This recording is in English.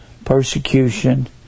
persecution